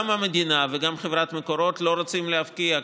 גם המדינה וגם חברת מקורות לא רוצות להפקיע,